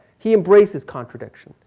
he embraces contradiction.